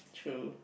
true